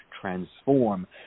transform